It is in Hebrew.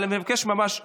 אבל אני מבקש ממש בקצרה.